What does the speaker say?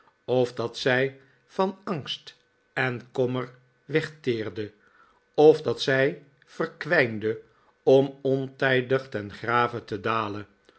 of dat zij van angst en kommer wegteerde of dat zij verkwijnde om ontijdig ten grave te dalen